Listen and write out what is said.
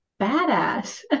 badass